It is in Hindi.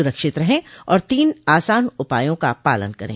सुरक्षित रहें और तीन आसान उपायों का पालन करें